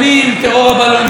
טרור הבלונים,